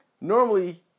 Normally